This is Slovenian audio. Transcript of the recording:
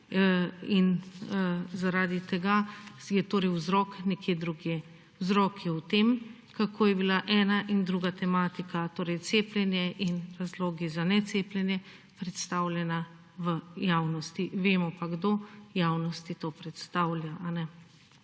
in zaradi tega je torej vzrok nekje drugje. Vzrok je v tem kako je bila ena in druga tematika torej cepljenje in razlogi za ne cepljenje predstavljena v javnosti. Vemo pa kdo javnosti to predstavlja.